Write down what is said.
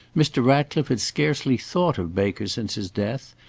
mr. ratcliffe had scarcely thought of baker since his death,